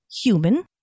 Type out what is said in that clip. human